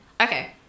okay